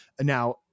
Now